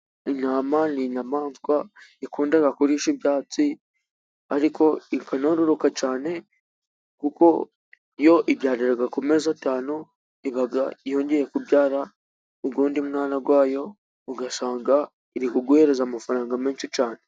Intama ni inyamaswa ikunda kurisha ibyatsi, ariko ikanororoka cyane, kuko yo ibyarira ku mezi atanu iba yongeye kubyara uwundi mwana wayo, ugasanga iri kuguha amafaranga menshi cyane.